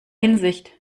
hinsicht